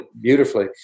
beautifully